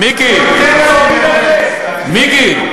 מיקי,